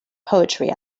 poetry